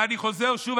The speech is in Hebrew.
ואני חוזר שוב,